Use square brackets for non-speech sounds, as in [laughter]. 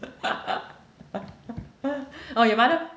[laughs] !wah! your mother